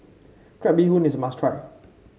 Crab Bee Hoon is a must try